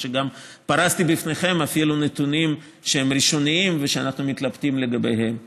וגם פרסתי בפניכם אפילו נתונים שהם ראשוניים ושאנחנו מתלבטים לגביהם.